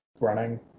running